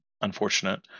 unfortunate